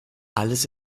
alles